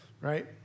right